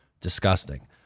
Disgusting